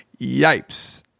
Yipes